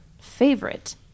favorite